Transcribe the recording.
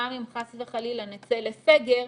גם אם חס וחלילה נצא לסגר,